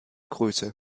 größe